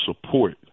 support